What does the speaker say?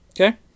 Okay